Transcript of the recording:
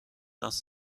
dass